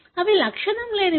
అవి లక్షణం లేనివి